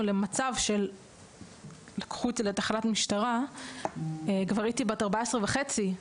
למצב שלקחו אותי לתחנת משטרה כבר הייתי בת 14 וחצי.